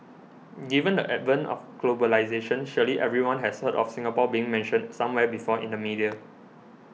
given the advent of globalisation surely everyone has heard of Singapore being mentioned somewhere before in the media